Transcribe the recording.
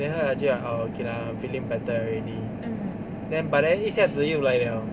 then 喝 liao 就好 okay lah feeling better already then but then 一下子又来了